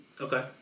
Okay